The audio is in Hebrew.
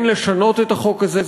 אין לשנות את החוק הזה,